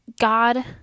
God